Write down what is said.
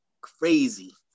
crazy